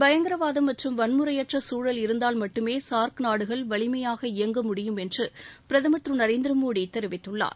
பயங்கரவாதம் மற்றும் வன்முறையற்ற சூழல் இருந்தால் மட்டுமே சார்க் நாடுகள் வலிமையாக இயங்க முடியும் என்று பிரதமர் திரு நரேந்திரமோடி கூறியுள்ளார்